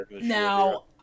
now